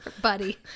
buddy